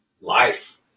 Life